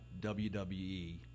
WWE